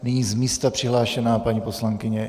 Nyní z místa přihlášená paní poslankyně.